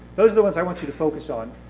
those are the ones i want you to focus on.